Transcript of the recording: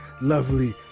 lovely